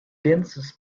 dancers